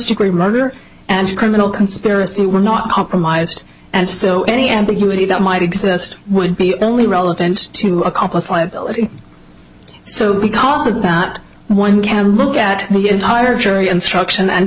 degree murder and criminal conspiracy were not compromised and so any ambiguity that might exist would be only relevant to accomplice liability so because of that one can look at the entire jury instruction and